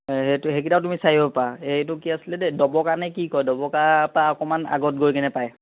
সেইটো সেইকেইটাও তুমি চাই আহিব পাৰা এইটো কি আছিলে দেই ডবকা নে কি কয় ডবকা পৰা অকণমান আগত গৈ কিনে পায়